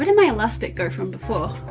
and my elastic go from before?